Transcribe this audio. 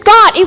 God